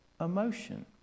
emotion